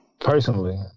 Personally